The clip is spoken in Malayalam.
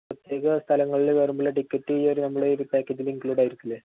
പ്രത്യേക സ്ഥലങ്ങളില് കയറുമ്പോഴുള്ള ടിക്കറ്റ് നമ്മുടെ ഈയൊരു പാക്കേജില് ഇൻക്ലൂഡഡായിരിക്കില്ലെ